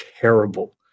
terrible